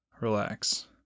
relax